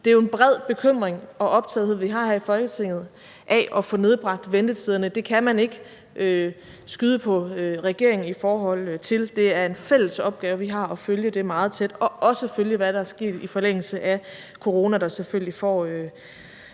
Det er jo en bred bekymring og optagethed, vi har her i Folketinget, af at få nedbragt ventetiderne. Det kan man ikke skyde på regeringen med; det er en fælles opgave, vi har, med at følge det meget tæt – og også følge, hvad der er sket i forlængelse af coronakrisen, hvilket selvfølgelig får